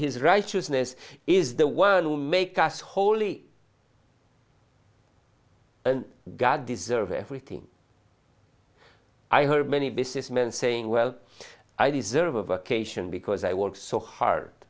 his righteousness is the one who make us holy and god deserve everything i heard many businessmen saying well i deserve a cation because i work so hard